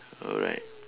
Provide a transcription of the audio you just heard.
alright